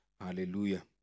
Hallelujah